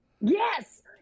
Yes